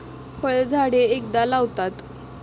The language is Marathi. फळझाडे एकदा लावतात